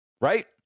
Right